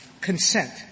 consent